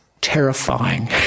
terrifying